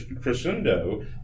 crescendo